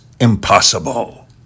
impossible